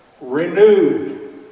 renewed